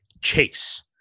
chase